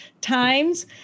times